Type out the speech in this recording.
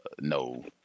no